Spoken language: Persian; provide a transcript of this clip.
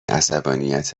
عصبانیت